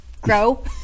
grow